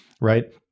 Right